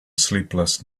sleepless